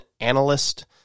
analyst